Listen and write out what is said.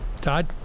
Todd